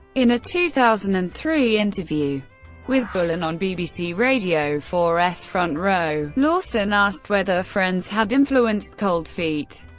in a two thousand and three interview with bullen on bbc radio four s front row, lawson asked whether friends had influenced cold feet.